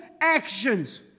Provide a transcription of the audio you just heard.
actions